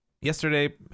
yesterday